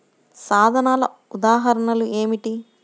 సాధనాల ఉదాహరణలు ఏమిటీ?